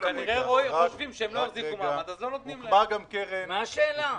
מה זה "אין קשר בינן לבין המדינה"?